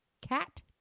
Cat